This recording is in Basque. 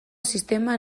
sistema